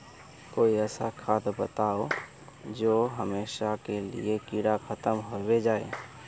कोई ऐसा खाद बताउ जो हमेशा के लिए कीड़ा खतम होबे जाए?